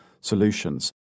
solutions